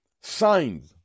signs